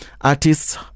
artists